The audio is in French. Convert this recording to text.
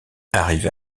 arrivé